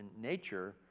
nature